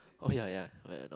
oh ya ya that I know